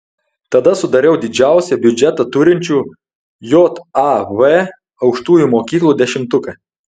tada sudariau didžiausią biudžetą turinčių jav aukštųjų mokyklų dešimtuką